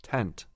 Tent